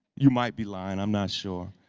you might be lying. i'm not sure,